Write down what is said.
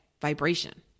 vibration